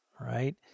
right